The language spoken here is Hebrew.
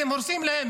אתם הורסים להם,